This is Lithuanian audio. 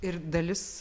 ir dalis